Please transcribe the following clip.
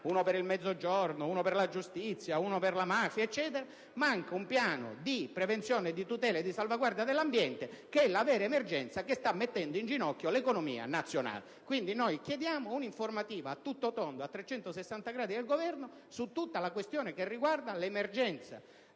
uno per il Mezzogiorno, uno per la giustizia, uno per la mafia - è un piano di prevenzione, di tutela e di salvaguardia per l'ambiente, che è la vera emergenza che sta mettendo in ginocchio l'economia nazionale. Quindi, chiediamo un'informativa, a 360 gradi, del Governo su tutta la questione che riguarda emergenze,